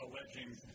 alleging